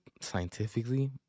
scientifically